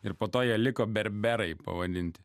ir po to jie liko berberai pavadinti